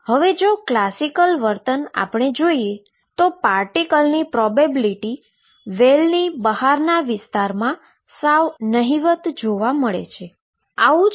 હવે જો ક્લાસિકલ વર્તન જોઈએ તો પાર્ટીકલ વેલ બહારના વિસ્તારમાં હોવાની પ્રોબેબીલીટી સાવ નહિવત છે